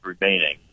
remaining